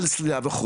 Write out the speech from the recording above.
לסלילה וכו',